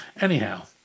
Anyhow